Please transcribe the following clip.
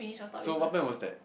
so what time was that